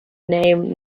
name